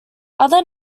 other